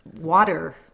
water